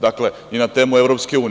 Dakle, ni na temu EU.